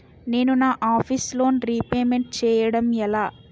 నేను నా office loan repayment చేయడం ఎలా?